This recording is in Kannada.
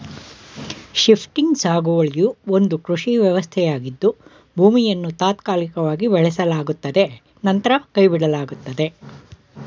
ಶಿಫ್ಟಿಂಗ್ ಸಾಗುವಳಿಯು ಒಂದು ಕೃಷಿ ವ್ಯವಸ್ಥೆಯಾಗಿದ್ದು ಭೂಮಿಯನ್ನು ತಾತ್ಕಾಲಿಕವಾಗಿ ಬೆಳೆಸಲಾಗುತ್ತದೆ ನಂತರ ಕೈಬಿಡಲಾಗುತ್ತದೆ